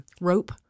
rope